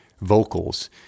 vocals